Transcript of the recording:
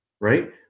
right